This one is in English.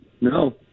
No